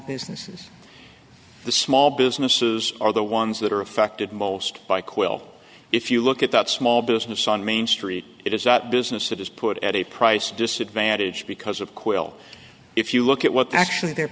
businesses the small businesses are the ones that are affected most by quill if you look at that small business on main street it is that business that is put at a price disadvantage because of quill if you look at what actually they're